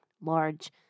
large